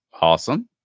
Awesome